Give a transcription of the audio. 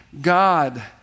God